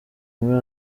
muri